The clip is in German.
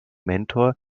mentor